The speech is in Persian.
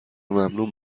ممنون